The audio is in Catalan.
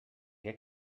què